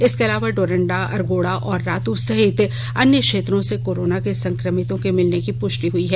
इसके अलावा डोरंडा अरगोड़ा और रातू सहित अन्य क्षेत्रों से कोरोना के संक्रमितों के मिलने की पुष्टि हुई है